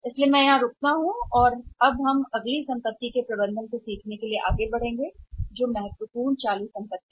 इसलिए मैं यहां रुकता हूं और फिर अब मैं अगली परिसंपत्ति या प्रबंधन के बारे में उसी सीख के साथ आगे बढ़ूंगा अगले महत्वपूर्ण वर्तमान संपत्ति